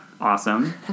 awesome